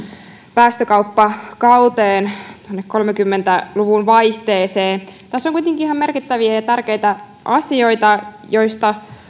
päästökauppakauteen tuonne kolmekymmentä luvun vaihteeseen tässä on kuitenkin ihan merkittäviä ja ja tärkeitä asioita joista